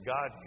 God